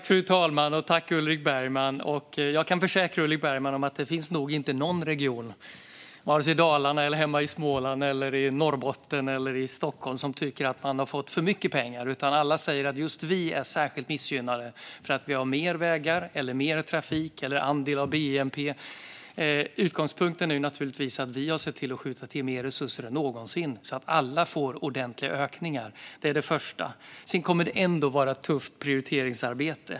Fru talman! Jag kan försäkra Ulrik Bergman om att det nog inte finns någon region, vare sig det gäller Dalarna, Småland, Norrbotten eller Stockholm, som tycker att man har fått för mycket pengar. Alla säger att just de är särskilt missgynnade för att de har mer vägar eller mer trafik eller större andel av bnp. Utgångspunkten är naturligtvis att vi har sett till att skjuta till mer resurser än någonsin, så att alla får ordentliga ökningar. Det är det första. Sedan kommer det ändå att vara ett tufft prioriteringsarbete.